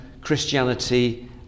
Christianity